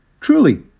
Truly